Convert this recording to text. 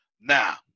Now